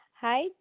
Hi